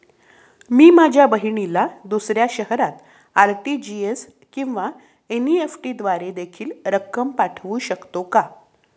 मी माझ्या बहिणीला दुसऱ्या शहरात आर.टी.जी.एस किंवा एन.इ.एफ.टी द्वारे देखील रक्कम पाठवू शकतो का?